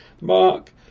Mark